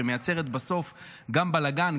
שמייצרת בסוף גם בלגן,